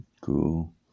Cool